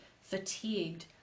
fatigued